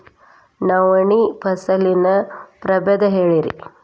ನವಣಿ ಫಸಲಿನ ಪ್ರಭೇದ ಹೇಳಿರಿ